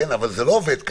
אבל זה לא עובד ככה,